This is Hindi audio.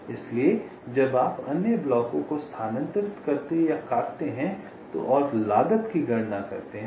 इसलिए जब आप अन्य ब्लॉकों को स्थानांतरित करते या काटते हैं और लागत की गणना करते हैं